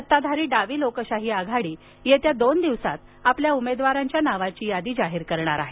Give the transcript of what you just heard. सत्ताधारी डावी लोकशाही आघाडी येत्या दोन दिवसात आपल्या उमेदवारांच्या नावांची यादी जाहीर करणार आहे